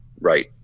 Right